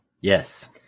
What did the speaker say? yes